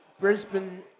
Brisbane